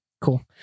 Cool